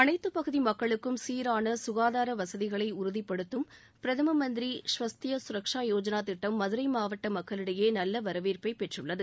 அனைத்து பகுதி மக்களுக்கும் சீராள சுகாதார வசதிகளை உறுதிப்படுத்தும் பிரதம மந்திரி ஸ்வஸ்தய சுரக்ஷா யோஜனா திட்டம் மதுரை மாவட்ட மக்களிடையே நல்ல வரவேற்பை பெற்றள்ளது